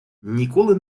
ніколи